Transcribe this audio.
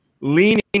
leaning